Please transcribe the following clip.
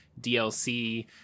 dlc